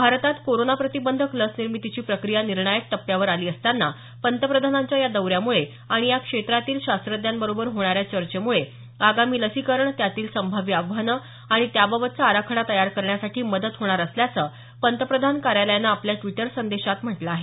भारतात कोरोना प्रतिबंधक लस निर्मितीची प्रक्रिया निर्णायक टप्प्यावर आली असताना पंतप्रधानांच्या या दौऱ्यामुळे आणि या क्षेत्रातील शास्त्रज्ञांबरोबर होणाऱ्या चर्चेमुळे आगामी लसीकरण त्यातील संभाव्य आव्हानं आणि त्याबाबतचा आराखडा तयार करण्यासाठी मदत होणार असल्याचं पंतप्रधान कार्यालयानं आपल्या द्वीटर संदेशात म्हंटल आहे